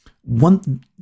One